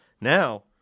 Now